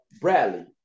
Bradley